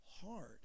hard